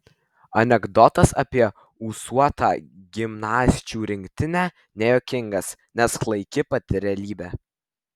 anekdotas apie ūsuotą gimnasčių rinktinę nejuokingas nes klaiki pati realybė